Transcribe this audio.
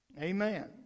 amen